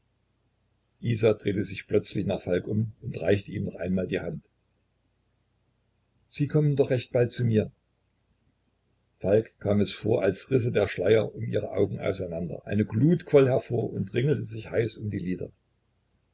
isa drehte sich plötzlich nach falk um und reichte ihm noch einmal die hand sie kommen doch recht bald zu mir falk kam es vor als risse der schleier um ihre augen auseinander eine glut quoll hervor und ringelte sich heiß um die lider